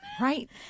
Right